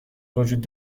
وجود